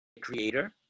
creator